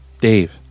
dave